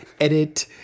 edit